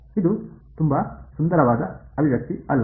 ಇದು ತುಂಬಾ ಸುಂದರವಾದ ಅಭಿವ್ಯಕ್ತಿ ಅಲ್ಲ